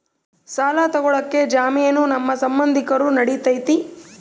ಸಾಲ ತೊಗೋಳಕ್ಕೆ ಜಾಮೇನು ನಮ್ಮ ಸಂಬಂಧಿಕರು ನಡಿತೈತಿ?